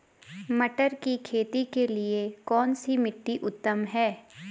मटर की खेती के लिए कौन सी मिट्टी उत्तम है?